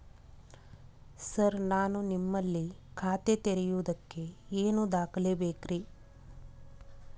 Sir ನಾನು ನಿಮ್ಮಲ್ಲಿ ಖಾತೆ ತೆರೆಯುವುದಕ್ಕೆ ಏನ್ ದಾಖಲೆ ಬೇಕ್ರಿ?